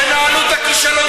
ובזמן שחברי